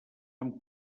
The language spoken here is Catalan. amb